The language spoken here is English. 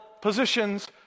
positions